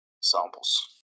samples